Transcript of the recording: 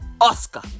Oscar